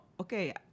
okay